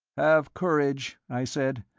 have courage, i said.